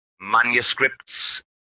manuscripts